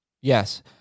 Yes